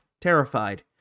terrified